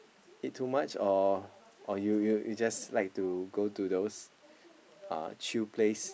eat too much or or you you you just like to go to those uh chill place